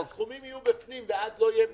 שהסכומים יהיו בפנים ואז לא יהיה משחק,